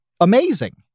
amazing